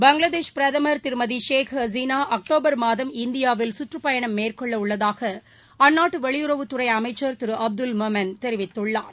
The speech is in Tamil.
பங்களாதேஷ் பிரதமர் திருமதி ஷேக் ஹசினா அக்டோபர் மாதம் இந்தியாவில் கற்றுப் பயணம் மேற்கொள்ள உள்ளதாக அந்நாட்டு வெளியுறவுத்துறை அமைச்சர் திரு அப்துல் மோமென் தெரிவித்துள்ளார்